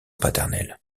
paternelle